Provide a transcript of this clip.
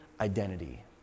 identity